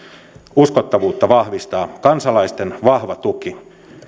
uskottavuutta vahvistavat kansalaisten vahva tuki